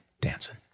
Dancing